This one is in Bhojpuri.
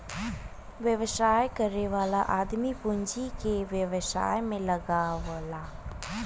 व्यवसाय करे वाला आदमी पूँजी के व्यवसाय में लगावला